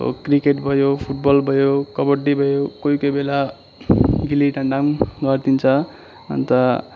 अब क्रिकेट भयो फुटबल भयो कबड्डी भयो कोही कोही बेला गिल्ली डन्डा पनि गरिदिन्छ अन्त